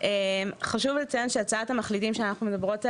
חשוב לציין שהצעת המחליטים שאנחנו מדברות עליה,